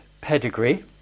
pedigree